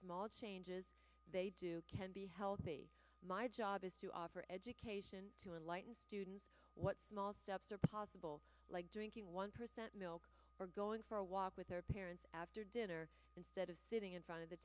small changes they do can be healthy my job is to offer education to enlighten students what small steps are possible like drinking one percent milk or going for a walk with their parents after dinner instead of sitting in front of the